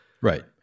Right